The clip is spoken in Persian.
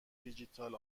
دیجیتال